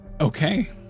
Okay